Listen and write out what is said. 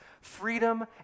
Freedom